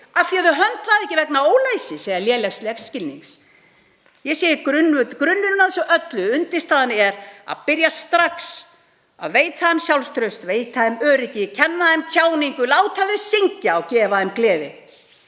af því að þau höndli það ekki vegna ólæsis eða lélegs lesskilnings. Grunnurinn að þessu öllu og undirstaðan er að byrja strax að gefa þeim sjálfstraust, veita þeim öryggi, kenna þeim tjáningu, láta þau syngja og gefa þeim gleði,